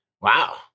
Wow